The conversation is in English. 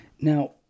Now